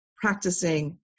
practicing